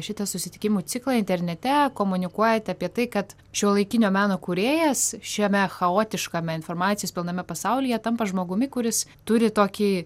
šitą susitikimų ciklą internete komunikuojate apie tai kad šiuolaikinio meno kūrėjas šiame chaotiškame informacijos pilname pasaulyje tampa žmogumi kuris turi tokį